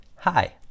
Hi